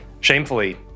Shamefully